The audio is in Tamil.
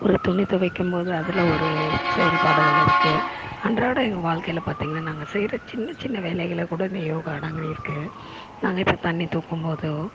ஒரு துணி துவைக்கும் போது அதில் ஒரு செயல்பாடுகள் இருக்கு அன்றாட எங்கள் வாழ்க்கையில பார்த்தீங்கன்னா நாங்கள் செய்யற சின்னச்சின்ன வேலைகளில் கூட இந்த யோகா அடங்கியிருக்கு நாங்கள் இப்போ தண்ணி தூக்கும் போதோ